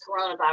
coronavirus